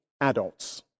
adults